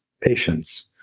patience